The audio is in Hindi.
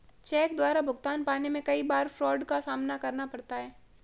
चेक द्वारा भुगतान पाने में कई बार फ्राड का सामना करना पड़ता है